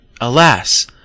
alas